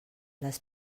les